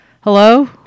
Hello